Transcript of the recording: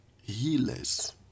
Healers